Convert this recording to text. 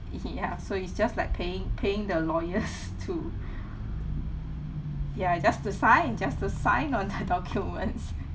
ya so is just like paying paying the lawyers to ya just to sign just to sign on the documents